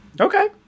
Okay